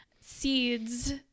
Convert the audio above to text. seeds